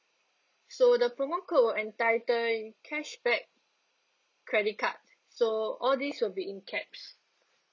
so the promo code will entitle cashback credit card so all this will be in caps